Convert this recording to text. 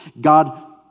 God